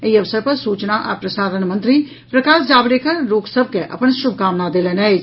एहि अवसर पर सूचना आ प्रसारण मंत्री प्रकाश जावड़ेकर लोक सभ के अपन शुभकामना देलनि अछि